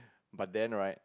but then right